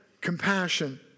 compassion